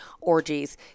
Orgies